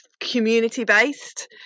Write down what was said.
community-based